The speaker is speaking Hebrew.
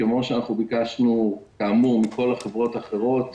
כפי שביקשנו כאמור מכל החברות האחרות,